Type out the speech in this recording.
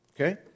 Okay